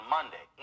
Monday